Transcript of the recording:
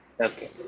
Okay